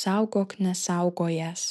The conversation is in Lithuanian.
saugok nesaugojęs